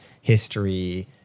history